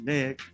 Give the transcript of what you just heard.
Nick